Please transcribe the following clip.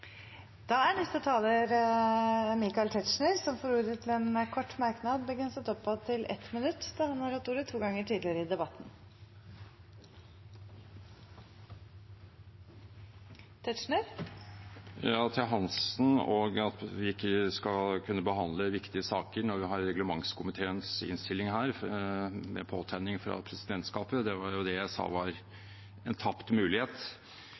får ordet til en kort merknad, begrenset til 1 minutt. Jeg vil si til Hansen at det at vi ikke skal kunne behandle viktige saker, når vi har reglementskomiteens innstilling her med påtegning fra presidentskapet – det var jo det jeg sa var en tapt mulighet.